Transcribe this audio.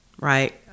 right